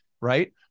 right